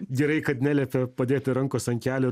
gerai kad neliepė padėti rankos ant kelių